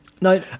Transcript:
No